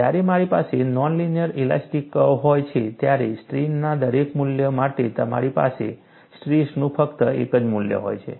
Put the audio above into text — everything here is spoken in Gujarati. જ્યારે મારી પાસે નોન લિનિયર ઇલાસ્ટિક કર્વ હોય છે ત્યારે સ્ટ્રેઇનના દરેક મૂલ્ય માટે તમારી પાસે સ્ટ્રેસનું ફક્ત એક જ મૂલ્ય હોય છે